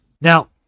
Now